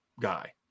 guy